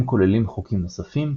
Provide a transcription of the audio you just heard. הם כוללים חוקים נוספים,